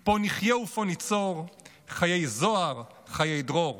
/ פה נחיה ופה ניצור / חיי זוהר חיי דרור.